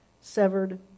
severed